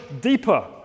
deeper